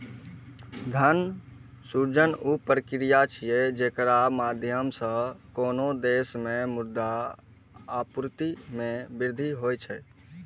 धन सृजन ऊ प्रक्रिया छियै, जेकरा माध्यम सं कोनो देश मे मुद्रा आपूर्ति मे वृद्धि होइ छै